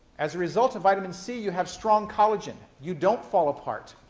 as a result of vitamin c, you have strong collagen. you don't fall apart.